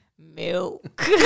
milk